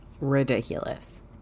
ridiculous